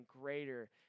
greater